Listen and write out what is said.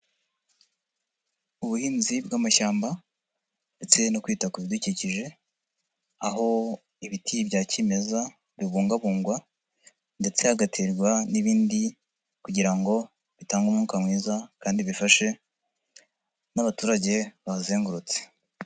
Ubuhinzi bw'amashyamba ndetse no kwita ku bidukikije, aho ibiti bya kimeza bibungabungwa ndetse hagaterwa n'ibindi kugira ngo bitange umwuka mwiza kandi bifashe n'abaturage bahazengurutse.